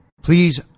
Please